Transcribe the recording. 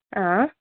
ആ